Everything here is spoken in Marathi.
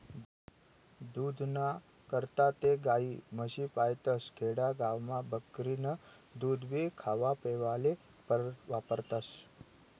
दूधना करता ते गायी, म्हशी पायतस, खेडा गावमा बकरीनं दूधभी खावापेवाले वापरतस